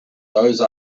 those